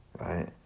right